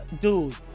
dude